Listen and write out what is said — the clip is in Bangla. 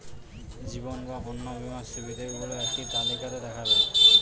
জীবন বা অন্ন বীমার সুবিধে গুলো একটি তালিকা তে দেখাবেন?